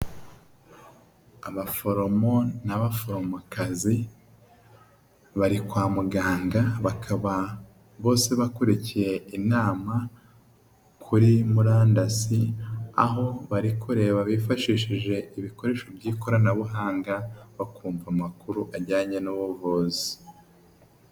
Abaforomo n'abaforomokazi, bari kwa muganga bakaba bose bakurikiye inama kuri murandasi, aho bari kureba bifashishije ibikoresho by'ikoranabuhanga, bakumva amakuru ajyanye n'ubuvuzi.